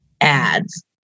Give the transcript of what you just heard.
ads